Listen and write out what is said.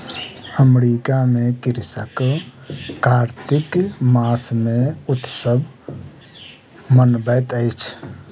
America में कृषक कार्तिक मास मे उत्सव मनबैत अछि